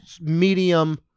Medium